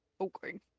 Okay